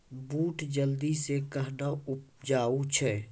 बूट जल्दी से कहना उपजाऊ छ?